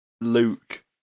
Luke